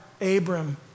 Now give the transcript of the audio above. Abram